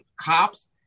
cops